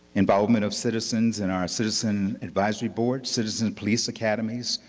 involvement of citizens in our citizen advisory board, citizen police academies,